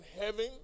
heaven